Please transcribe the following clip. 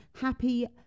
happy